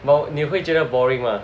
well 你会觉得 boring mah